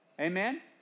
Amen